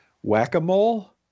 whack-a-mole